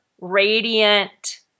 radiant